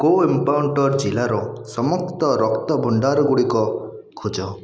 କୋଇମ୍ପାଉଟର୍ ଜିଲ୍ଲାର ସମସ୍ତ ରକ୍ତ ଭଣ୍ଡାର ଗୁଡ଼ିକ ଖୋଜ